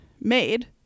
made